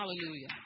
Hallelujah